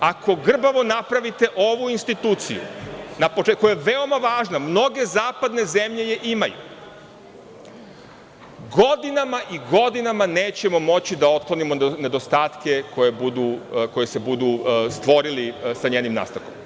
Ako grbavo napravite ovu instituciju, koja je veoma važna, mnoge zapadne zemlje je imaju, godinama i godinama nećemo moći da otklonimo nedostatke koji se budu stvorili sa njenim nastankom.